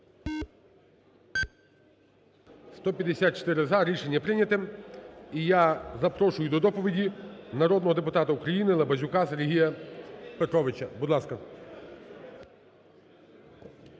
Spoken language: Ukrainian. За-154 Рішення прийнято. І я запрошую до доповіді народного депутата України Лабазюка Сергія Петровича, будь ласка.